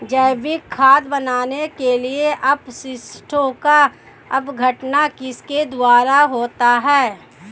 जैविक खाद बनाने के लिए अपशिष्टों का अपघटन किसके द्वारा होता है?